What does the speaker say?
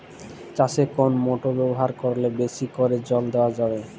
চাষে কোন মোটর ব্যবহার করলে বেশী করে জল দেওয়া যাবে?